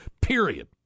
Period